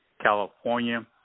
California